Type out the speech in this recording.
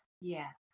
yes